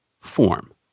form